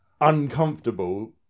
uncomfortable